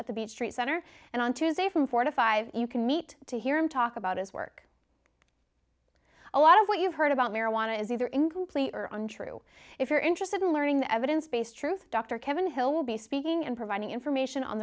at the beech tree center and on tuesday from four to five you can meet to hear him talk about his work a lot of what you've heard about marijuana is either incomplete or untrue if you're interested in learning the evidence base truth dr kevin hill will be speaking and providing information on